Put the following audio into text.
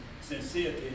sincerity